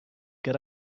get